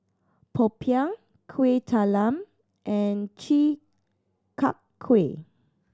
Popiah Kuih Talam and Chi Kak Kuih